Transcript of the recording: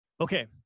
Okay